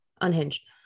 unhinged